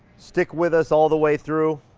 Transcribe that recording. stick with us all the way through.